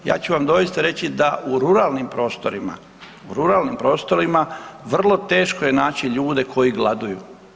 Ja ću vam doista reći da u ruralnim prostorima, u ruralnim prostorima, vrlo teško je naći ljude koji gladuju.